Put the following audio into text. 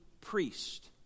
priest